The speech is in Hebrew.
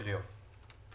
בשלוש קריאות.